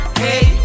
hey